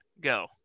go